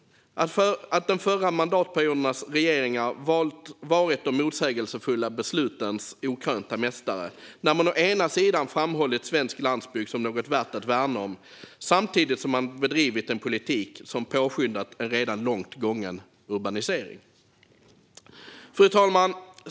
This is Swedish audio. De förra mandatperiodernas regeringar har varit de motsägelsefulla beslutens okrönta mästare när man å ena sidan framhållit svensk landsbygd som något värt att värna om och å andra sidan bedrivit en politik som påskyndat en redan långt gången urbanisering. Fru talman!